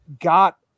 got